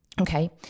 okay